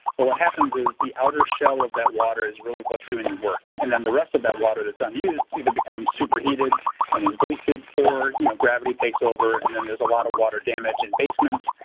but what happens is the outer shell of that water is really what's doing the work. and then the rest of that water that is unused either becomes superheated and wasted or, you know, gravity takes over and then there's a lot of water damage in basements,